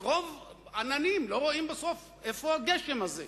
מרוב עננים לא רואים בסוף איפה הגשם הזה,